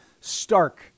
stark